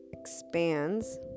expands